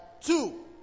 two